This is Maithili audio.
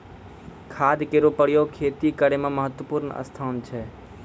खाद केरो प्रयोग खेती करै म महत्त्वपूर्ण स्थान छै